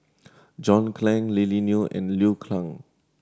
John Clang Lily Neo and Liu Kang